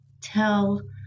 tell